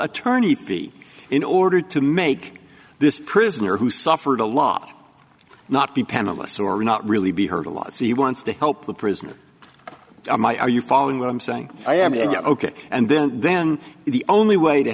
attorney fee in order to make this prisoner who suffered a lot not be panelists or not really be heard a lot he wants to help the prisoners my are you following what i'm saying i am ok and then then the only way to